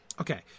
Okay